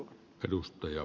arvoisa puhemies